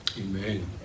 Amen